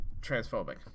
transphobic